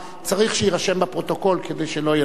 צריך שיירשם בפרוטוקול, כדי שלא יהיו לנו בעיות.